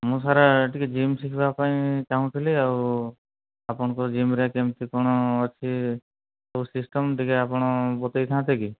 ମୁଁ ସାର୍ ଟିକେ ଜିମ୍ ଶିଖିବା ପାଇଁ ଚାହୁଁଥିଲି ଆଉ ଆପଣଙ୍କ ଜିମ୍ରେ କେମିତି କ'ଣ ଅଛି କେଉଁ ସିଷ୍ଟମ୍ ଆପଣ ଟିକେ ବତେଇଥାନ୍ତେ କି